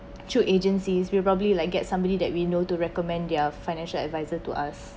through agencies will probably like get somebody that we know to recommend their financial advisor to us